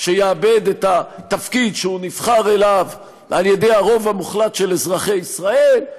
שיאבד את התפקיד שהוא נבחר אליו על ידי הרוב המוחלט של אזרחי ישראל,